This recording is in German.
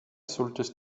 solltest